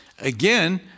again